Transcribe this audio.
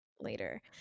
later